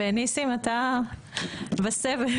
ניסים, אתה בסבב.